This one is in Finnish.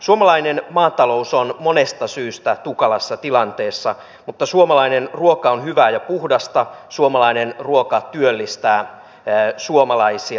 suomalainen maatalous on monesta syystä tukalassa tilanteessa mutta suomalainen ruoka on hyvää ja puhdasta suomalainen ruoka työllistää suomalaisia